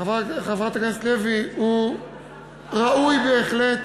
חברת הכנסת לוי, הוא ראוי בהחלט.